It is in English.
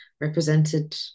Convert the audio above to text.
represented